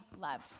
love